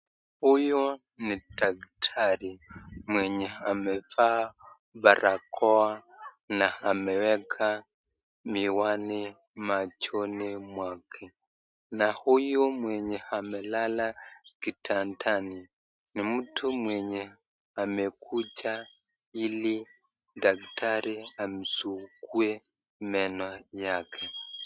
Huyu ni daktari mwenye amevaa barakoa na ameweka miwani machoni mwake na huyu mwenye amelala kitandani ni mtu mwenye amekuja ili daktari amsukue meno yake.